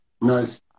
Nice